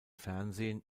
fernsehen